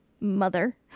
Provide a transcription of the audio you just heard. Mother